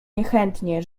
niechętnie